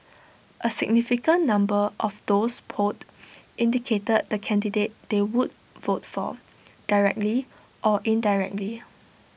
A significant number of those polled indicated the candidate they would vote for directly or indirectly